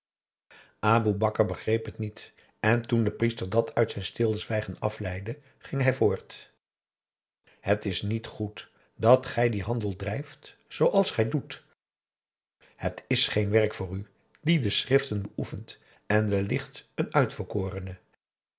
aboe bakar begreep het niet en toen de priester dat uit zijn stilzwijgen afleidde ging hij voort het is niet goed dat gij dien handel drijft zooals gij doet het is geen werk voor u die de schriften beoefent en wellicht een uitverkorene